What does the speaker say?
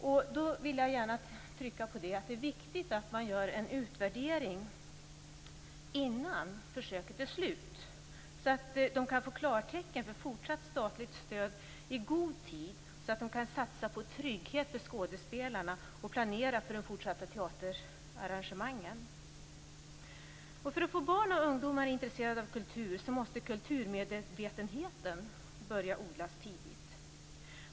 Jag vill gärna betona att det är viktigt att man gör en utvärdering innan försöket är slut så att de kan få klartecken för fortsatt statligt stöd i god tid så att de kan satsa på trygghet för skådespelarna och planera för de fortsatta teaterarrangemangen. För att få barn och ungdomar intresserade av kultur måste kulturmedvetenheten börja odlas tidigt.